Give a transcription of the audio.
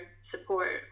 support